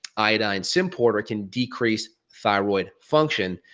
iodine symporter can decrease thyroid function.